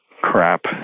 crap